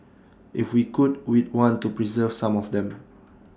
if we could we'd want to preserve some of them